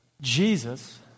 Jesus